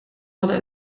hadden